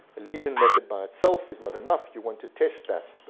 the lesion method by itself is not enough, you want to test that